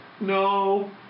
No